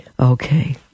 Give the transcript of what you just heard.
Okay